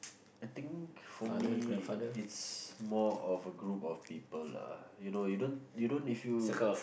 I think for me it's more of a group of people lah you know you don't you don't if you